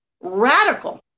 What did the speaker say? radical